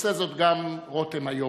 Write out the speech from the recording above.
ועושה זאת גם רותם היום,